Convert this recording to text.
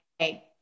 okay